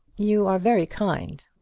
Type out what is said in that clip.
you are very kind.